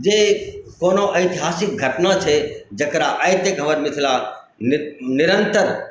जे कोनो ऐतिहासिक घटना छै जेकरा आइ तक हमर मिथिला निरन्तर